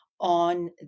on